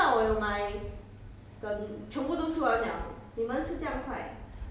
potong 有很多 potong 有很多 flavour 的你知道吗